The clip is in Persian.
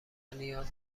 نیاز